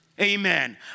Amen